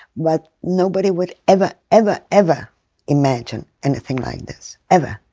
but nobody would ever ever ever imagine anything like this. ever.